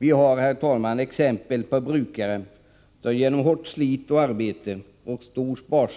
Vi har, herr talman, exempel på brukare som slitit hårt och sparat